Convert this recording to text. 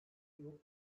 yok